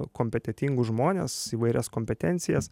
kompetentingus žmones įvairias kompetencijas